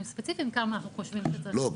ספציפיים כמה אנחנו חושבים שצריך --- לא,